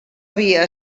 havia